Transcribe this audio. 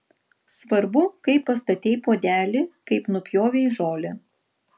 svarbu kaip pastatei puodelį kaip nupjovei žolę